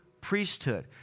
priesthood